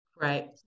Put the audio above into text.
Right